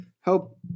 Help